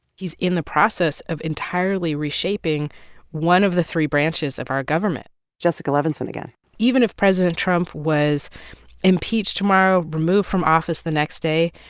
he's in the process of entirely reshaping one of the three branches of our government jessica levinson again even if president trump was impeached tomorrow, removed from office the next day,